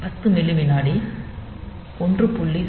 10 milli விநாடி 1